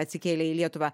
atsikėlė į lietuvą